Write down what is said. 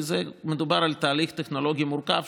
כי מדובר על תהליך טכנולוגי מורכב,